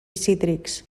cítrics